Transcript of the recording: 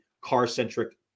car-centric